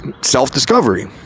self-discovery